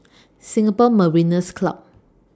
Singapore Mariners' Club